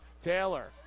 Taylor